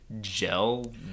gel